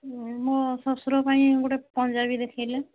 ମୋ ଶ୍ଵଶୁର ପାଇଁ ଗୋଟେ ପଞ୍ଜାବି ଦେଖାଇଲେ